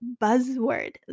buzzword